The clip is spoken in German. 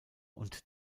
und